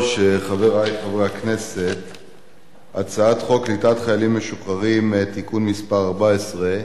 בסדר-היום: הצעת חוק קליטת חיילים משוחררים (תיקון מס' 14)